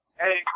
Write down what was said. Hey